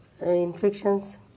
infections